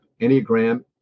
Enneagram